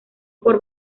por